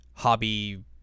hobby